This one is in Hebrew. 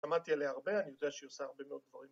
‫שמעתי עליה הרבה, אני יודע ‫שהיא עושה הרבה מאוד דברים